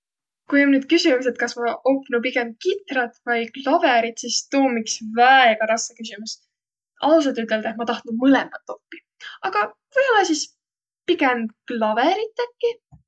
Kui om nüüd küsümüs, et kas ma opnu pigemb kitrat vai klavõrit, sis tuu om iks väega rassõ küsümüs. Ausalt üteldeh ma tahtnuq mõlõmbat oppiq, aga või-ollaq sis pigemb klavõrit äkki.